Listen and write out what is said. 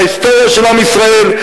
בהיסטוריה של עם ישראל,